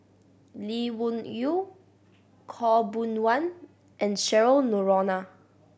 Lee Wung Yew Khaw Boon Wan and Cheryl Noronha